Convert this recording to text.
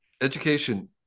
education